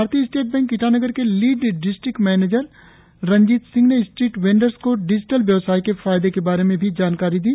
भारतीय state bank Itanagar के lead district manager Ranjit Singh ने स्ट्रीट वेंडर्स को डिजिटल व्यवसाय के फायदे के बारे में भी जानकारी दी